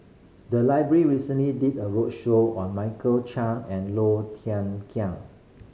the library recently did a roadshow on Michael Chiang and Low Thia Khiang